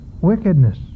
wickedness